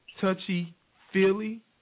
touchy-feely